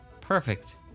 perfect